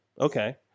Okay